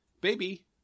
Baby